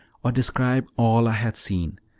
or describe all i had seen,